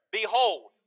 Behold